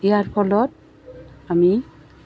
ইয়াৰ ফলত আমি